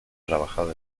trabajado